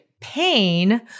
pain